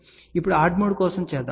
ఇప్పుడు add mode కోసం చేద్దాం